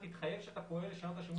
תתחייב שאתה פועל לשנות את השימוש